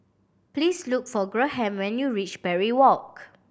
please look for Graham when you reach Parry Walk